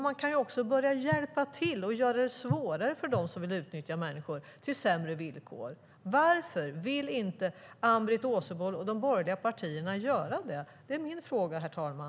Men man kan också börja hjälpa till och göra det svårare för dem som vill utnyttja människor till sämre villkor. Varför vill inte Ann-Britt Åsebol och de borgerliga partierna göra det? Det är min fråga, herr talman.